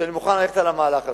שאני מוכן ללכת על המהלך הזה,